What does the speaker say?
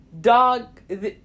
dog